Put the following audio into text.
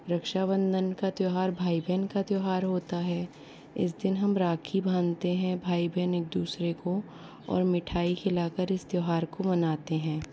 रक्षाबंधन का त्यौहार भाई बहन का त्यौहार होता है इस दिन हम राखी बांधते हैं भाई भेन एक दूसरे को और मिठाई खिलाकर इस त्यौहार को मनाते हैं